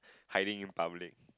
hiring and powering